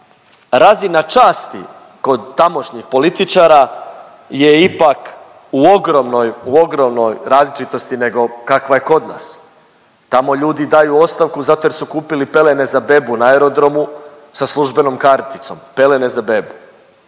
razina časti kod tamošnjih političara je ipak u ogromnoj, ogromnoj različitosti nego kakva je kod nas. Tamo ljudi daju ostavku zato jer su kupili pelene za bebu na aerodromu sa službenom karticom, pelene za bebe.